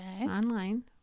online